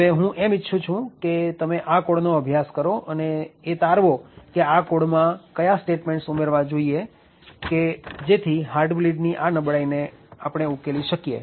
હવે હું એમ ઇચ્છું છું કે તમે આ કોડનો અભ્યાસ કરો અને તે તારવો કે આ કોડમાં કયા સ્ટેટમેન્ટસ ઉમેરવા જોઈએ કે જેથી હાર્ટબ્લીડની આ નબળાઈને ઉકેલી શકાય